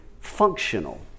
functional